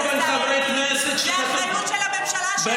ראש הממשלה לא הגיע.